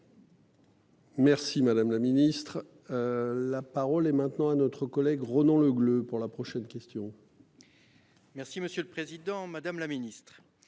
Merci madame la ministre. La parole est maintenant à notre collègue Ronan Le Gleut pour la prochaine question. Merci, monsieur le Président Madame la Ministre